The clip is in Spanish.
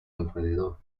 alrededor